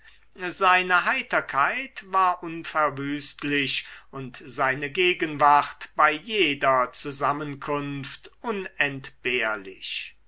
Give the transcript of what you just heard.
seine heiterkeit war unverwüstlich und seine gegenwart bei jeder zusammenkunft unentbehrlich